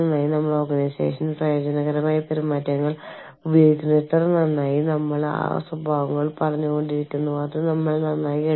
അല്ലെങ്കിൽ ആരെങ്കിലും ഒരു ഓഫീസിൽ ഇരുന്ന് ഫയൽ പരിപാലിക്കേണ്ടതുണ്ട് അതോടൊപ്പം കാലാകാലങ്ങളിൽ നിയമങ്ങൾ പരിശോധിച്ചുകൊണ്ടിരിക്കണം അത് കാലാകാലങ്ങളിൽ മാറിക്കൊണ്ടിരിക്കും